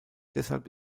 deshalb